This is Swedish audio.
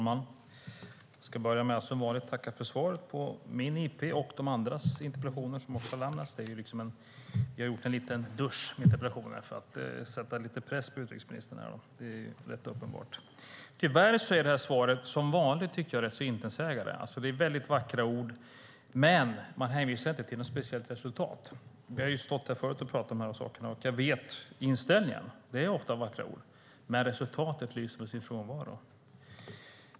Herr talman! Jag tackar för svaret på min och de andras interpellationer. Det är uppenbart att vi har gjort en liten dusch av interpellationer för att sätta lite press på utrikesministern. Svaret är tyvärr, som vanligt, rätt intetsägande. Det är vackra ord, men man hänvisar inte till något speciellt resultat. Vi har talat om det här tidigare, och jag känner till inställningen. Det är ofta vackra ord, men resultatet lyser med sin frånvaro.